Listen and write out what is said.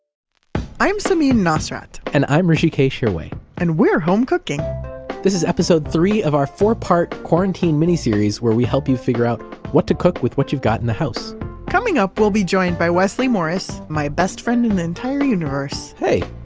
i am samin nosrat and i'm hrishikesh hirway and we're home cooking this is episode three of our four-part quarantine mini-series where we help you figure out what to cook with what you've got in the house coming up, we'll be joined by wesley morris, my best friend in and the entire universe hey!